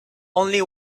only